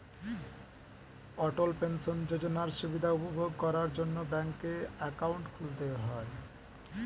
অটল pension যোজনার সুবিধা উপভোগ করার জন্যে ব্যাংকে অ্যাকাউন্ট খুলতে হয়